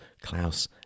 Klaus